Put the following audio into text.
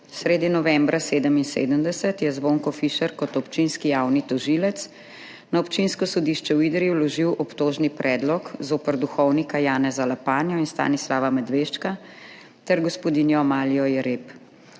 Sredi novembra 1977 je Zvonko Fišer kot občinski javni tožilec na Občinsko sodišče v Idriji vložil obtožni predlog zoper duhovnika Janeza Lapanja in Stanislava Medveščka ter gospodinjo Malijo Jereb.